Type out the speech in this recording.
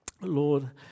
Lord